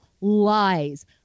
lies